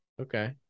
okay